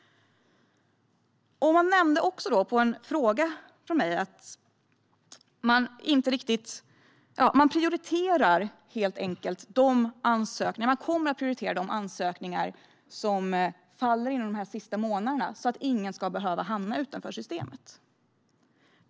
På en fråga från mig nämnde man att man helt enkelt kommer att prioritera de ansökningar som faller inom de sista månaderna så att ingen ska behöva hamna utanför systemet.